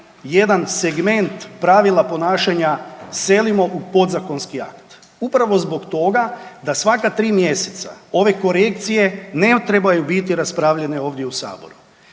jedan segment pravila ponašanja selimo u podzakonski akt. Upravo zbog toga da svaka 3 mjeseca ove korekcije ne trebaju biti raspravljene ovdje u Saboru.